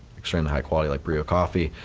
extremely high quality like brillo coffee,